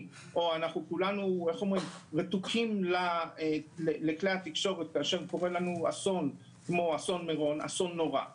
או שכולנו רתוקים לכלי התקשורת כמו שקרה באסון הנורא במירון,